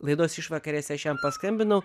laidos išvakarėse aš jam paskambinau